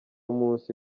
musi